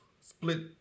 split